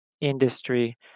industry